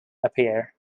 appear